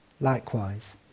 Likewise